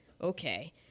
okay